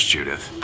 Judith